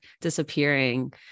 disappearing